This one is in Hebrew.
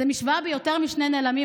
זו משוואה עם יותר משני נעלמים,